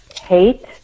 hate